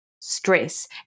stress